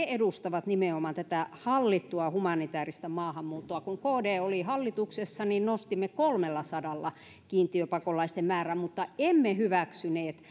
he edustavat nimenomaan tätä hallittua humanitääristä maahanmuuttoa kun kd oli hallituksessa niin nostimme kolmellasadalla kiintiöpakolaisten määrää mutta emme hyväksyneet